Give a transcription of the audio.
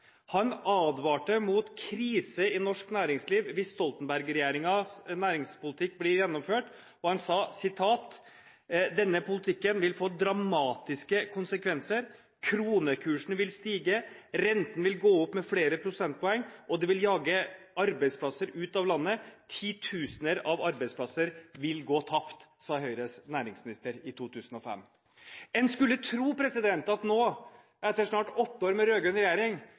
han advarte mot krise i norsk næringsliv hvis Stoltenberg-regjeringens næringspolitikk ble gjennomført: «Deres politikk vil få dramatiske konsekvenser. Kronekursen vil stige, renten vil gå opp med flere prosentpoeng, og det vil jage arbeidsplasser ut av landet. Titusener av arbeidsplasser vil gå tapt.» Dette sa altså næringsministeren, fra Høyre, i 2005. En skulle tro at nå, etter snart åtte år med rød-grønn regjering,